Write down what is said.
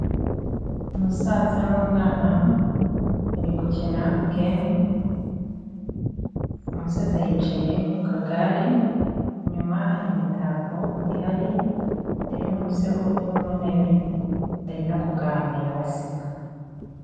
Umusaza n'umwana bari gukina gemu, umusaza yicaye mu kagare, inyuma hari imitako ihari hari n'umusego uri mu ntebe, bari no kuganira baseka.